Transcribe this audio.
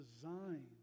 designed